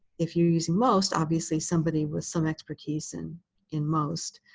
if you use most, obviously, somebody with some expertise and in most.